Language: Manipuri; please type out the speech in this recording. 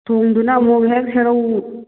ꯊꯣꯡꯗꯨꯅ ꯑꯃꯨꯛ ꯍꯦꯛ ꯁꯦꯔꯧ